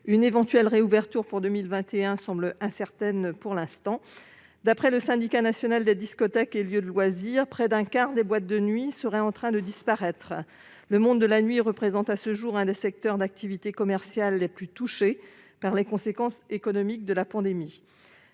fermées. Leur réouverture en 2021 est incertaine pour l'instant. D'après le syndicat national des discothèques et lieux de loisirs, près d'un quart des boîtes de nuit serait en train de disparaître. Le monde de la nuit représente à ce jour l'un des secteurs d'activité commerciale les plus touchés par les conséquences économiques de la pandémie.